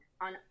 on